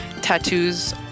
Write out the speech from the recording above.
tattoos